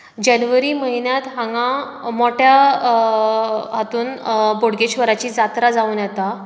जानेवारी म्हयन्यांत हांगा मोठ्या हातूंत बोडगेश्वराची जात्रा जावन येता